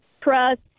trust